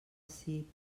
ací